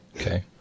Okay